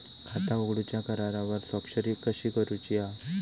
खाता उघडूच्या करारावर स्वाक्षरी कशी करूची हा?